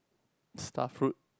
starfruit